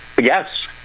Yes